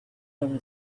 over